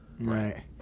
Right